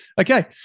Okay